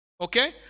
Okay